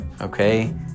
Okay